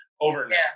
overnight